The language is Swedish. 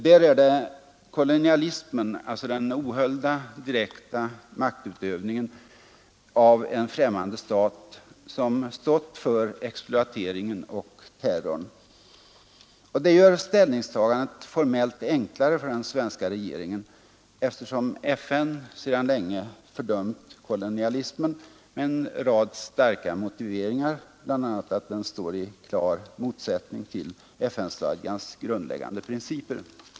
Där är det kolonialismen, den ohöljda direkta maktutövningen av en främmande stat, som stått för exploateringen och terrorn. Det gör ställningstagandet formellt enklare för den svenska regeringen, eftersom FN sedan länge fördömt kolonialismen med en rad starka motiveringar bl.a. att den står i klar motsättning till FN-stadgans grundläggande principer.